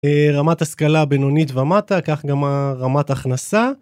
רמת השכלה הבינונית ומטה, כך גם רמת הכנסה.